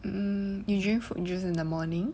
um you drink fruit juice in the morning